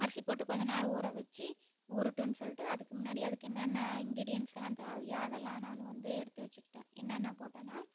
அரிசி போட்டு கொஞ்ச நேரம் ஊற வச்சி ஊறட்டும் சொல்லிட்டு அதுக்கு முன்னாடி அதுக்கு என்னென்ன இன்கிரிடியன்ஸ்லாம் தேவையோ அதெல்லாம் நான் வந்து எடுத்து வச்சிக்கிட்டேன் என்னென்ன போட்டேன்னால்